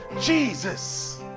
Jesus